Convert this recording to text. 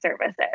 services